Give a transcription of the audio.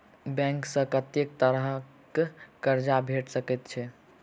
Bank सऽ कत्तेक तरह कऽ कर्जा भेट सकय छई?